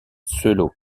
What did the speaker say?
selo